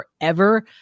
forever